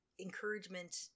encouragement